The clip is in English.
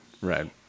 Right